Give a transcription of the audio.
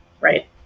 right